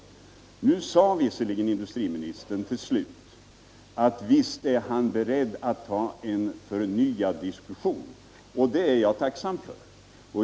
Nu sade visserligen industriministern till slut att han är beredd att ta en förnyad diskussion, och det är jag tacksam för.